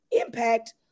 impact